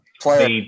Player